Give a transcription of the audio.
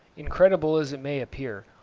incredible as it may appear,